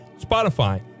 Spotify